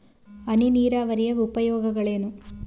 ಹನಿ ನೀರಾವರಿಯ ಉಪಯೋಗಗಳೇನು?